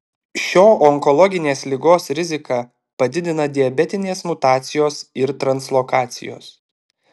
šio onkologinės ligos riziką padidina diabetinės mutacijos ir translokacijos